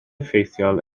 effeithiol